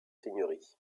seigneuries